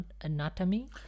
anatomy